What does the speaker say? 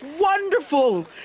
Wonderful